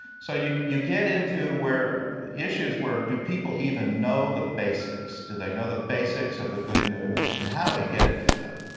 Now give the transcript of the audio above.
so you you get into issues where do people even know the basics? do they know the basics of the good news? and how do we get it to them?